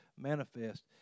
manifest